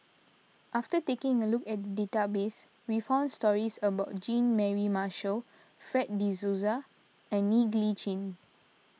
after taking a look at the database we found stories about Jean Mary Marshall Fred De Souza and Ng Li Chin